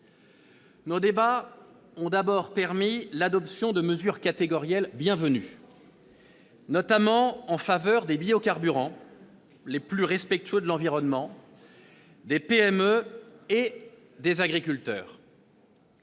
Nos débats ont d'abord permis l'adoption de mesures catégorielles bienvenues, notamment en faveur des biocarburants les plus respectueux de l'environnement, des PME et des agriculteurs.